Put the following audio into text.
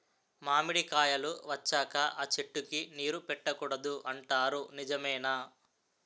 మామిడికాయలు వచ్చాక అ చెట్టుకి నీరు పెట్టకూడదు అంటారు నిజమేనా?